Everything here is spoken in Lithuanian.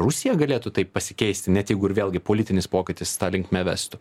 rusija galėtų taip pasikeisti net jeigu ir vėlgi politinis pokytis ta linkme vestų